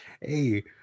hey